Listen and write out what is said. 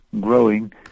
growing